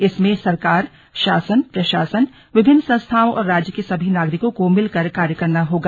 इसमें सरकार शासन प्रशासन विभिन्न संस्थाओं और राज्य के सभी नागरिकों को मिलकर कार्य करना होगा